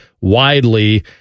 widely